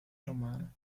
romana